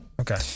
Okay